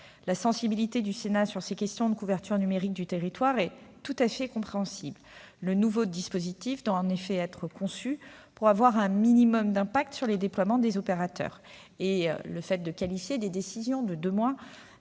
La sensibilité du Sénat sur les questions de couverture numérique du territoire est tout à fait compréhensible, et le nouveau dispositif doit être conçu pour avoir un minimum d'impact sur les déploiements des opérateurs. Le fait de qualifier des décisions de deux mois